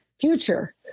future